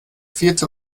vierte